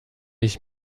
ich